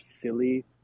silly